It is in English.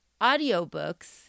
audiobooks